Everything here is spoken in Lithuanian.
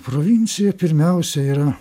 provincija pirmiausia yra